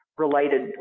related